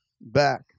back